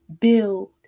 build